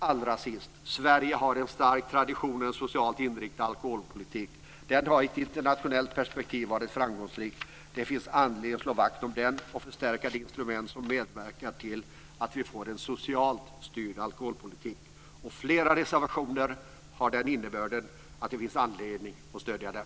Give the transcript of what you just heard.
Allra sist vill jag säga att Sverige har en stark tradition av en socialt inriktad alkoholpolitik. Den har i ett internationellt perspektiv varit framgångsrik. Det finns anledning att slå vakt om den och förstärka de instrument som medverkar till att vi får en socialt styrd alkoholpolitik. Flera reservationer har den innebörden. Det finns alltså anledning att stödja dem.